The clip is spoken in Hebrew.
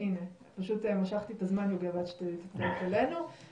אז אני אשמח אם תעלו את המצגת שוב.